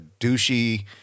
douchey